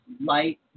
light